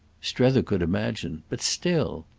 strether could imagine but still!